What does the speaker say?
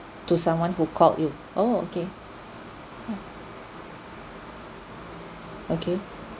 to someone who called you oh okay okay